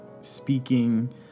speaking